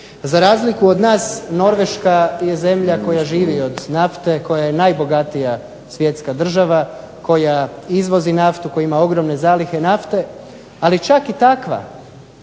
Za razliku od nas Norveška je zemlja koja živi od nafte, koja je najbogatija svjetska država, koja izvozi nafte, koja ima ogromne zalihe nafte, ali čak i takva